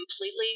completely